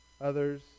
others